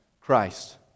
Christ